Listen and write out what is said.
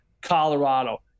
Colorado